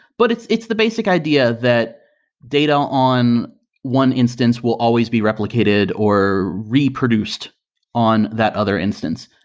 but it's it's the basic idea that data on one instance will always be replicated or reproduced on that other instance,